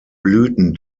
blüten